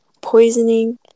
poisoning